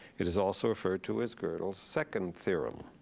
it is also referred to as godel's second theorem.